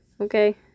Okay